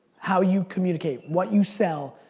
how you communicate, what you sell,